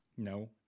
No